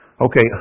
Okay